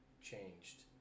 changed